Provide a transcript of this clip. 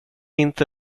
inte